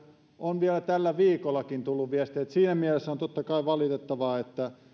on vielä tällä viikollakin tullut viestiä siinä mielessä on totta kai valitettavaa että